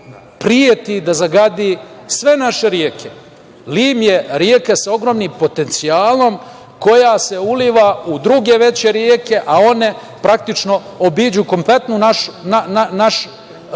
da zagadi sve naše reke. Lim je reka sa ogromnim potencijalom koja se uliva u druge veće reke, a one praktično obiđu, kompletno se naše